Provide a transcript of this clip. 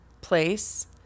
place